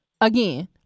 again